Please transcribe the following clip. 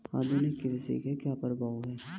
आधुनिक कृषि के क्या प्रभाव हैं?